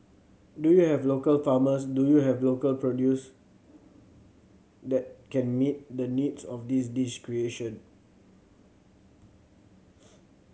do you have local farmers do you have local produce that can meet the needs of this dish creation